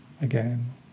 again